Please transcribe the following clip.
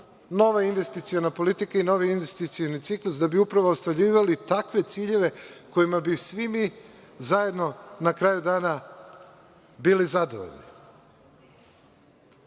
nova investiciona politika i novi investicioni ciklus da bi upravo ostvarivali takve ciljeve kojima bi svi mi zajedno na kraju dana bili zadovoljni. Želim